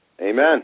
Amen